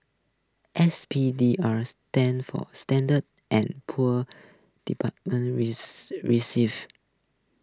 S P D R stands for standard and Poor's department receive